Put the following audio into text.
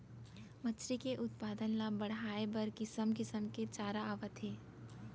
मछरी के उत्पादन ल बड़हाए बर किसम किसम के चारा आवत हे